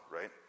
Right